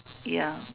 ya